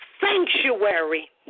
sanctuary